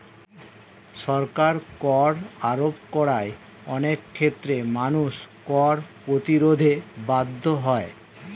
সরকার কর আরোপ করায় অনেক ক্ষেত্রে মানুষ কর প্রতিরোধে বাধ্য হয়